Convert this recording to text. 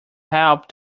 help